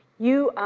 you,